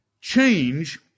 Change